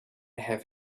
have